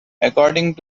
according